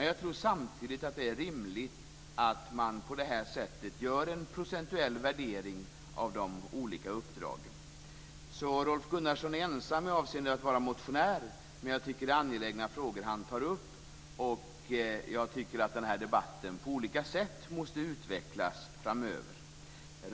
Jag tror samtidigt att det är rimligt att på det här sättet göra en procentuell värdering av de olika uppdragen. Rolf Gunnarsson är ensam som motionär, men det är angelägna frågor han tar upp. Jag tycker att den här debatten måste utvecklas på olika sätt framöver.